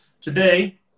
Today